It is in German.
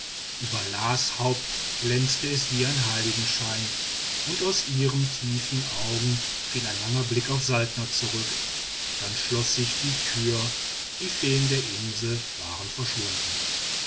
las haupt glänzte es wie ein heiligenschein und aus ihren tiefen augen fiel ein langer blick auf saltner zurück dann schloß sich die tür die feen der insel waren verschwunden